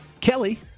Kelly